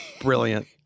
brilliant